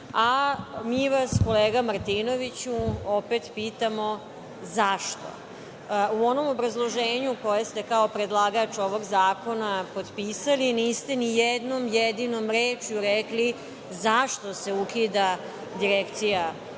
Mi vas, kolega Martinoviću, opet pitamo – zašto?U onom obrazloženju koje ste kao predlagač ovog zakona potpisali niste ni jednom jedinom rečju rekli zašto se ukida Direkcija